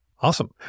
Awesome